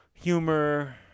humor